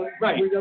Right